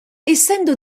essendo